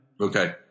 Okay